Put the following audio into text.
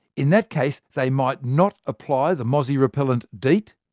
in that case, they might not apply the mozzie repellent deet,